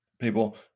people